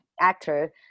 actor